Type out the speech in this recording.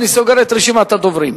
ואני סוגר את רשימת הדוברים.